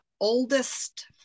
oldest